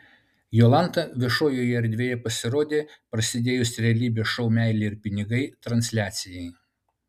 jolanta viešojoje erdvėje pasirodė prasidėjus realybės šou meilė ir pinigai transliacijai